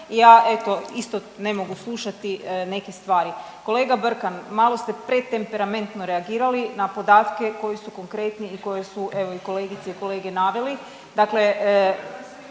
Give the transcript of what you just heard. Ja eto isto ne mogu slušati neke stvari. Kolega Brkan, malo ste pretemperamentno reagirali na podatke koji su konkretni i koje su evo i kolegice i kolege naveli. Dakle,